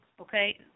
okay